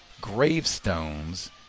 gravestones